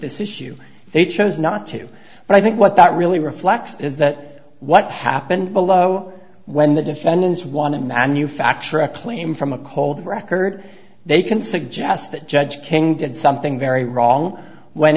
this issue they chose not to but i think what that really reflects is that what happened below when the defendants won and manufacture a claim from a cold record they can suggest that judge king did something very wrong when